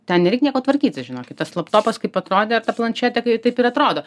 ten nereik nieko tvarkyti žinokit tas laptopas kaip kaip atrodė ta planšetė kai taip ir atrodo